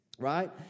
right